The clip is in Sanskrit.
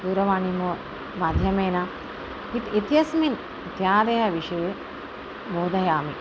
दूरवाणी माध्यमेन इत् इत्यस्मिन् इत्यादयः विषये बोधयामि